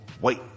wait